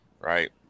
Right